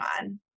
on